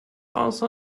also